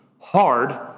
hard